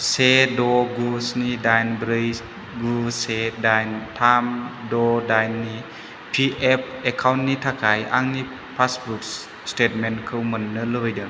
से द गु स्नि दाइन ब्रै गु से दाइन थाम द दाइननि फिएफ एकाउन्टनि थाखाय आंनि पासबुक स्टेटमेन्टखौ मोननो लुबैदों